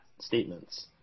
statements